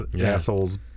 asshole's